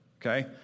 Okay